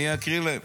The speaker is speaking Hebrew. ואני אקריא להם.